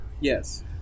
yes